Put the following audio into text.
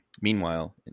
Meanwhile